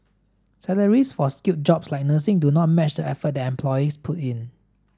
salaries for skilled jobs like nursing do not match the effort that employees put in